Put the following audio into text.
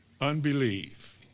Unbelief